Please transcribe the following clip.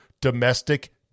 domestic